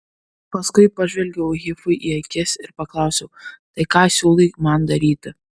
paskui pažvelgiau hifui į akis ir paklausiau tai ką siūlai man daryti